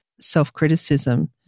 self-criticism